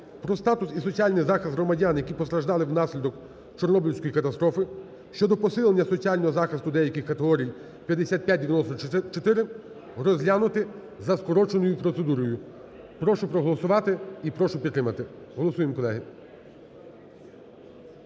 "Про статус і соціальний захист громадян, які постраждали внаслідок Чорнобильської катастрофи" (щодо посилення соціального захисту деяких категорій) (5594) розглянути за скороченою процедурою. Прошу проголосувати і прошу підтримати. Голосуємо, колеги.